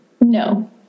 No